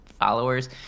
followers